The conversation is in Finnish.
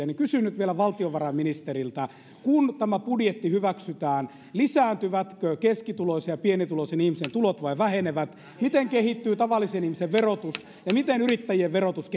niin kysyn nyt vielä valtiovarainministeriltä että kun tämä budjetti hyväksytään lisääntyvätkö keskituloisen ja pienituloisen ihmisen tulot vai vähenevätkö miten kehittyy tavallisen ihmisen ja yrittäjien verotus